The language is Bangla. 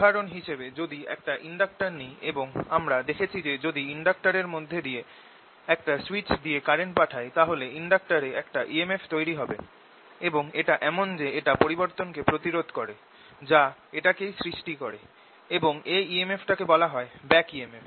উদাহরণ হিসেবে যদি একটা ইন্ডাক্টর নি এবং আমরা দেখেছি যে যদি ইন্ডাক্টর এর মধ্যে দিয়ে একটা সুইচ দিয়ে কারেন্ট পাঠাই তাহলে ইন্ডাক্টর এ একটা EMF তৈরি হবে এবং এটা এমন যে এটা পরিবর্তন কে প্রতিরোধ করে যা এটাকেই সৃষ্টি করে এবং এই EMF টাকে বলা হয় back EMF